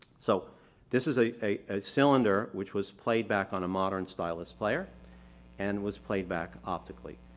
so this is a a cylinder which was played back on a modern stylus player and was played back optically.